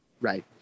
Right